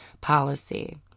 Policy